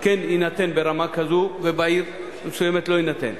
כן יינתן ברמה כזו, ובעיר מסוימת לא יינתן.